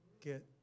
get